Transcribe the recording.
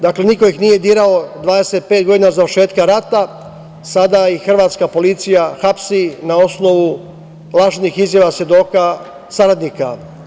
Dakle, niko ih nije dirao 25 godina od završetka rata, a sada ih hrvatska policija hapsi na osnovu lažnih izjava svedoka saradnika.